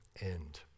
end